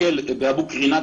תראה למשל באבו קרינאת,